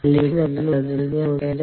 അതിനാൽ ഇവിടെ നമുക്ക് എന്താണ് ഉള്ളത്